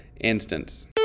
instance